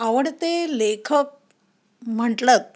आवडते लेखक म्हटलंत